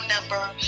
number